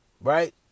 right